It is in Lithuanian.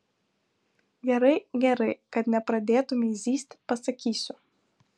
gerai gerai kad nepradėtumei zyzti pasakysiu